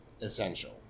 essential